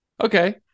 Okay